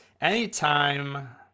anytime